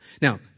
Now